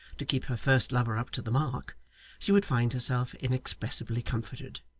to keep her first lover up to the mark she would find herself inexpressibly comforted.